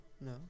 No